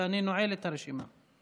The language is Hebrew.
ואני נועל את הרשימה.